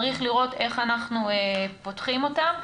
צריך לראות איך אנחנו פותחים אותם.